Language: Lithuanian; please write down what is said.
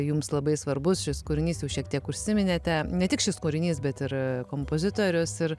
jums labai svarbus šis kūrinys jau šiek tiek užsiminėte ne tik šis kūrinys bet ir kompozitorius ir